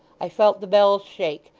i felt the bells shake.